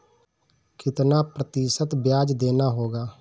कितना प्रतिशत ब्याज देना होगा?